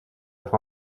être